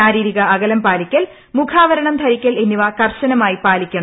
ശാരീരിക അകലം പാലിക്കൽ മുഖാവരണം ധരിക്കൽ എന്നിവ ്കർശനമായി പാലിക്കണം